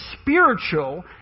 spiritual